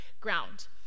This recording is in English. ground